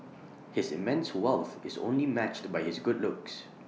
his immense wealth is only matched by his good looks